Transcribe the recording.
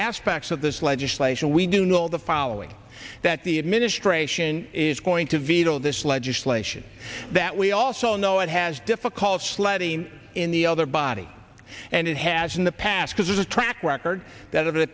aspects of this legislation we do know the following that the administration is going to veto this legislation that we also know it has difficult sledding in the other body and it has in the past has a track record that